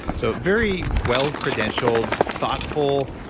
so very well credentialed, thoughtful,